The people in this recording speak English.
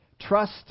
Trust